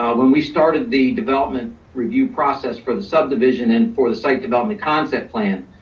um when we started the development review process for the subdivision and for the site development concept plan,